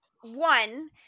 One